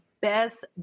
best